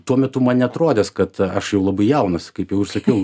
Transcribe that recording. tuo metu man neatrodės kad aš labai jaunas kaip jau ir sakiau